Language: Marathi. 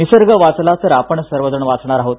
निसर्ग वाचला तर आपण सर्वजण वाचणार आहोत